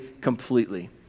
completely